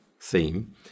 theme